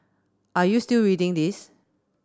are you still reading this